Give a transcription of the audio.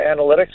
analytics